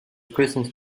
christmas